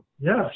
Yes